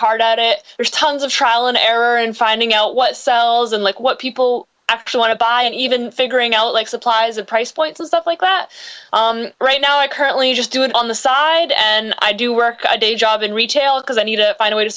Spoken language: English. hard at it there's tons of trial and error in finding out what sells unlike what people actually want to buy and even figuring out like supplies of price points of stuff like that right now i currently just do it on the side and i do work i do a job in retail because i need to find a way to